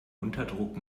unterdruck